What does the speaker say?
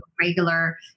regular